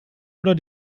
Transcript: oder